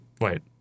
Wait